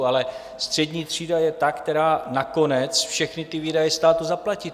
Ale střední třída je ta, která nakonec všechny výdaje státu zaplatí.